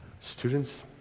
students